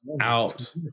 out